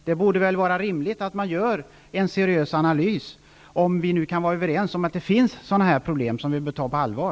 Det borde vara rimligt att man gör en seriös analys, om vi nu kan vara överens om att det finns problem av detta slag som vi bör ta på allvar.